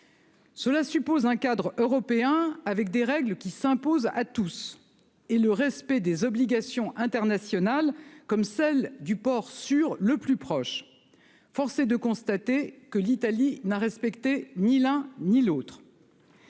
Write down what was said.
Cela suppose un cadre européen, avec des règles qui s'imposent à tous, et le respect des obligations internationales comme l'obligation du port sûr le plus proche. Force est de constater que l'Italie n'a respecté ni l'un ni l'autre.